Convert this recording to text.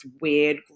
weird